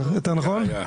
היה.